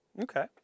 okay